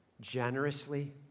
generously